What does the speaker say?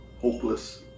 hopeless